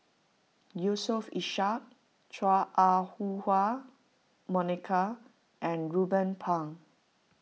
Yusof Ishak Chua Ah Huwa Monica and Ruben Pang